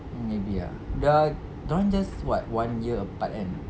maybe ah the dorang just what one year apart kan